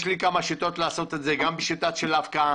יש לי כמה שיטות לעשות את זה, גם בשיטה של הפקעה.